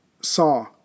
saw